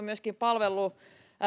myöskin palvellut